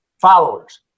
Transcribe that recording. followers